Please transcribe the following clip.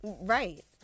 Right